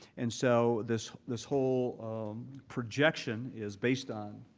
and so this this whole projection is based on